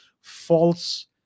false